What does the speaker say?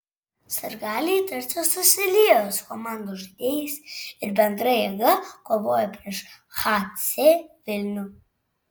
sirgaliai tarsi susiliejo su komandos žaidėjais ir bendra jėga kovojo prieš hc vilnių